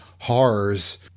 horrors